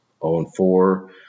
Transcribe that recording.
0-4